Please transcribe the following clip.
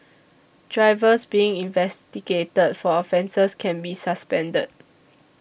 drivers being investigated for offences can be suspended